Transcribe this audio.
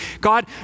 God